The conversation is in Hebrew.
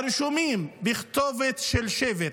הרשומים בכתובת של שבט.